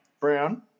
Brown